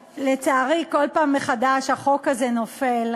לצערי, כל פעם מחדש החוק הזה נופל.